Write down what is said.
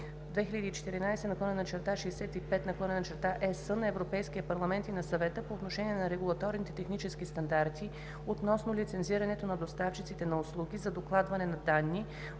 2016 година за допълване на Директива 2014/65/ЕС на Европейския парламент и на Съвета по отношение на регулаторните технически стандарти относно лицензирането на доставчиците на услуги за докладване на данни,